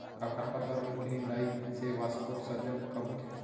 का खरपतवार मन के निंदाई से वाष्पोत्सर्जन कम होथे?